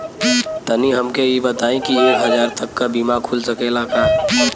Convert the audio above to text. तनि हमके इ बताईं की एक हजार तक क बीमा खुल सकेला का?